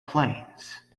planes